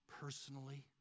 personally